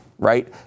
Right